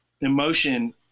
emotion